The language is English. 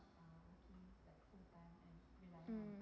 mm